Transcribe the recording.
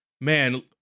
man